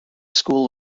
school